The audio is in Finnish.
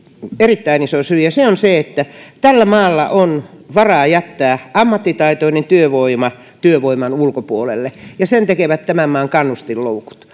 erittäin iso syy ja se on se että tällä maalla on varaa jättää ammattitaitoinen työvoima työvoiman ulkopuolelle ja sen tekevät tämän maan kannustinloukut